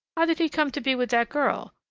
did he come to be with that girl?